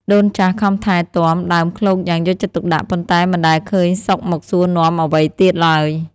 ដូនចាស់ខំថែទាំដើមឃ្លោកយ៉ាងយកចិត្តទុកដាក់ ប៉ុន្តែមិនដែលឃើញសុខមកសួរនាំអ្វីទៀតឡើយ។